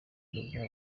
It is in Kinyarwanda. umudendezo